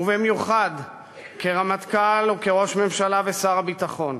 ובמיוחד כרמטכ"ל, כראש ממשלה וכשר הביטחון,